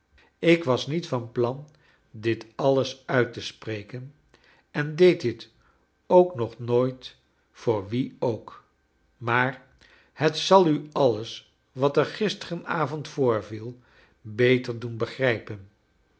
ik was niet van plan dit alles uit te spreken en deed dit j ook nog nooit voor wien ook maar j het zal u alles wat er gisteren avond voorviel beter doen begrijpen